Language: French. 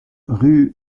rue